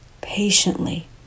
patiently